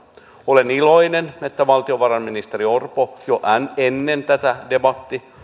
olen iloinen että valtiovarainministeri orpo jo ennen tätä debattia